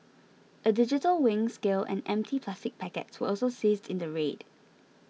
a digital weighing scale and empty plastic packets were also seized in the raid